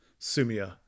Sumia